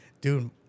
dude